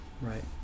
right